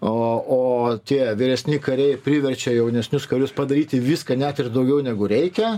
o o tie vyresni kariai priverčia jaunesnius karius padaryti viską net ir daugiau negu reikia